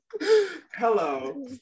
Hello